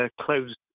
Closed